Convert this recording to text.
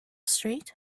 street